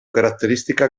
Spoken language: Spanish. característica